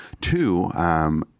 Two